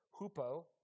Hupo